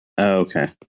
okay